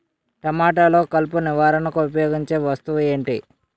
టమాటాలో కలుపు నివారణకు ఉపయోగించే వస్తువు ఏంటి?